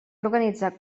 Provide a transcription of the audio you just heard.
organitzar